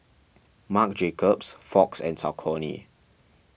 Marc Jacobs Fox and Saucony